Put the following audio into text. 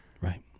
Right